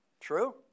True